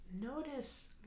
notice